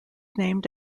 named